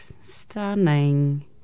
stunning